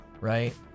right